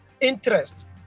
interest